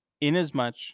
inasmuch